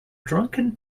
drunken